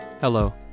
Hello